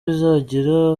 bizagera